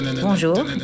Bonjour